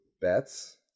bets